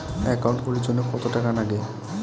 Account খুলির জন্যে কত টাকা নাগে?